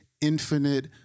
infinite